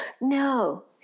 no